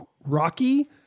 rocky